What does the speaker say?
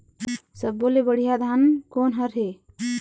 सब्बो ले बढ़िया धान कोन हर हे?